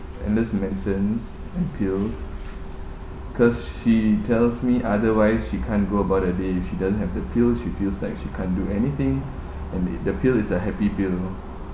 endless medicines and pills cause she tells me otherwise she can't go about a day if she doesn't have the pills she feels like she can't do anything and it the pill is a happy pill loh